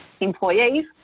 employees